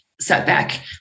setback